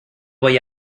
voy